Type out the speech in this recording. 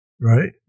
right